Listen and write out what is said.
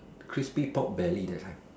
crispy pork Belly that's right